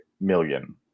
million